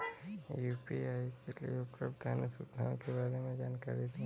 UPI के लिए उपलब्ध अन्य सुविधाओं के बारे में जानकारी दें?